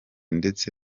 ndetse